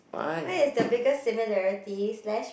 what is the biggest similarity slash